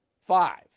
Five